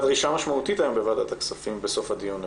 דרישה משמעותיות היום בוועדת הכספים בסוף הדיון.